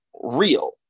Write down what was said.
real